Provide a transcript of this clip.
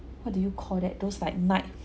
what do you call that those like night